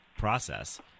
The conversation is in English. process